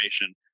information